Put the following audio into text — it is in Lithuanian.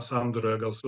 sandūroje gal su